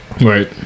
Right